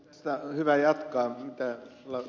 tästä on hyvä jatkaa mitä ed